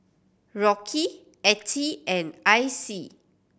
Rocky Attie and Icey